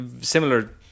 similar